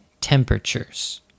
temperatures